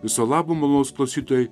viso labo malonūs klausytojai